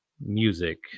music